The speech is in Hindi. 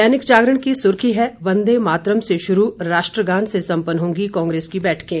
दैनिक जागरण की सुर्खी है वंदे मातरम से शुरू राष्ट्रगान से संपन्न होंगी कांग्रेस की बैठकें